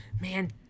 man